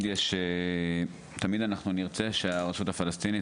אנחנו תמיד נרצה שהרשות הפלסטינית